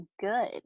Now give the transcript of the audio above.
good